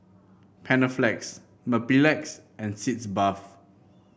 Panaflex Mepilex and Sitz Bath